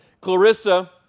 Clarissa